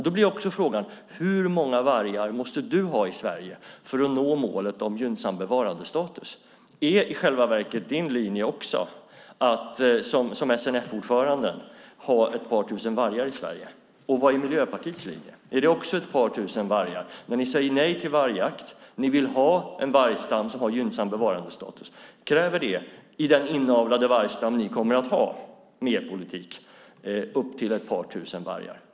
Då blir också frågan: Hur många vargar måste du ha i Sverige för att nå målet om gynnsam bevarandestatus? Är i själva verket även din linje att ha ett par tusen vargar i Sverige, som SNF-ordförandens? Och vad är Miljöpartiets linje? Är det också ett par tusen vargar? Ni säger nej till vargjakt. Ni vill ha en vargstam med gynnsam bevarandestatus. Kräver detta i den inavlade vargstam ni kommer att ha med er politik upp till ett par tusen vargar?